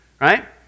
right